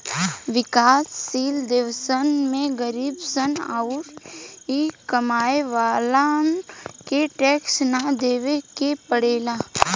विकाश शील देशवन में गरीब सन अउरी कमाए वालन के टैक्स ना देवे के पड़ेला